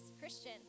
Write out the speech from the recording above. Christian